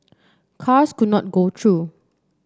cars could not go through